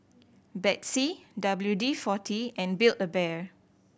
Betsy W D Forty and Build A Bear